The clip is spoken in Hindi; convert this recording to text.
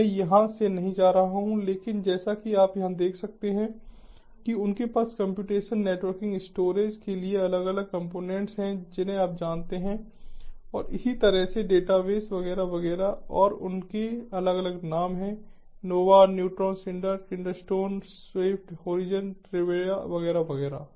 मैं यहाँ से नहीं जा रहा हूँ लेकिन जैसा कि आप यहाँ देख सकते हैं कि उनके पास कम्प्यूटेशन नेटवर्किंग स्टोरेज के लिए अलग अलग कंपोनेंट्स हैं जिन्हें आप जानते हैं और इसी तरह से डेटाबेस वगैरह वगैरह और उनके अलग अलग नाम हैं Nova Neutron Cinder Keystone Swift Horizon ट्रवेरा वगैरह वगैरह